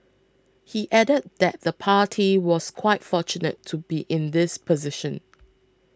he added that the party was quite fortunate to be in this position